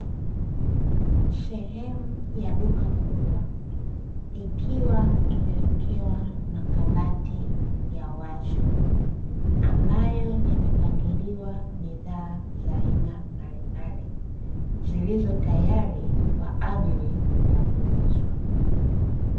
Sehemu ya duka kubwa, ikiwa imewekewa makabati ya wazi. Ambayo yamepangiliwa bidhaa za aina mbalimbali, zilizo tayari kwa ajili ya kuuzwa.